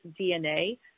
DNA